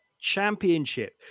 Championship